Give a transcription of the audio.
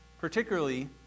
particularly